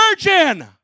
virgin